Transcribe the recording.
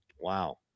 Wow